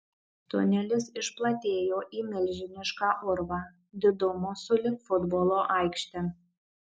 tunelis išplatėjo į milžinišką urvą didumo sulig futbolo aikšte